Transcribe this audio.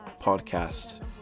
Podcast